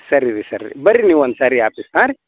ಸರಿ ರೀ ಸರಿ ಬನ್ರಿ ನೀವು ಒಂದು ಸಾರಿ ಆಪೀಸ್ ಹಾಂ